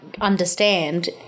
understand